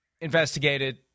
investigated